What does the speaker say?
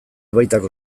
baitako